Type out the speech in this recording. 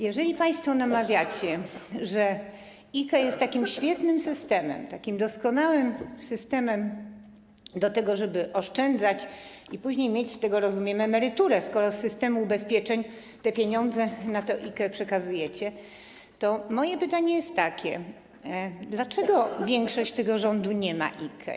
Jeżeli państwo mawiacie, że IKE jest takim świetnym systemem, takim doskonałym systemem do tego, żeby oszczędzać i później mieć z tego, jak rozumiem, emeryturę, skoro z systemu ubezpieczeń te pieniądze na IKE przekazujecie, to moje pytanie jest takie: Dlaczego większość tego rządu nie ma IKE?